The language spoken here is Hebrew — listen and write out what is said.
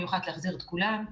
אם יוחלט להחזיר את כולם.